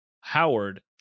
Howard